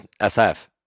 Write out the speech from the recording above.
SF